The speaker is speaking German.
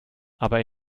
aber